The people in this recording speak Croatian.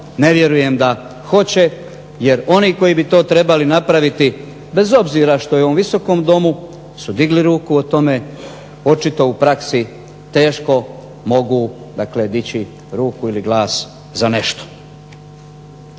ne vjerujem da hoće jer oni koji bi to trebali napraviti bez obzira što je u Visokom domu su digli ruku o tome, očito u praksi teško mogu dići ruku ili glas za nešto.